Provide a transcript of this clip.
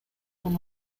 con